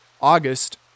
August